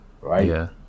right